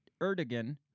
Erdogan